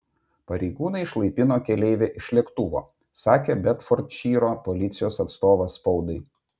pareigūnai išlaipino keleivę iš lėktuvo sakė bedfordšyro policijos atstovas spaudai